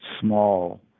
small